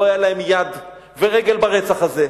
לא היה להם יד ורגל ברצח הזה,